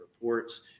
reports